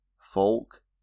folk